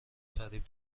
فریب